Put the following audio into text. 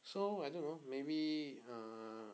so I don't know maybe err